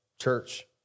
church